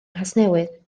nghasnewydd